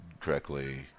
correctly